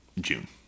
June